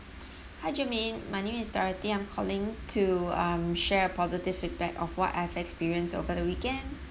hi germaine my name is dorothy I'm calling to um share a positive feedback of what I've experienced over the weekend